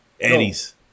Eddie's